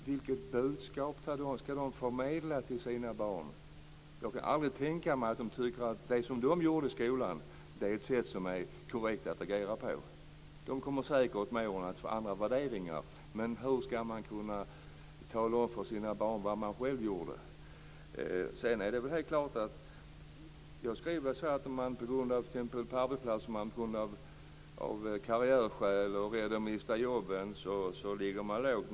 Vilket budskap skall de förmedla till sina barn? Jag kan aldrig tänka mig att de tycker att det som de gjorde i skolan är ett korrekt sätt att agera. De kommer säkert att med åren få andra värderingar. Men hur skall man kunna tala om för sina barn vad man själv gjort? Jag nämner att man t.ex. på en arbetsplats av karriärskäl eller därför att man är rädd för att mista jobbet ligger lågt.